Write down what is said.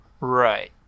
Right